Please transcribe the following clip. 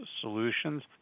Solutions